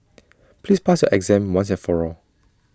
please pass your exam once and for all